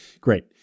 Great